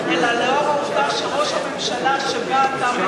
אלא לאור העובדה שראש הממשלה שבה אתה מכהן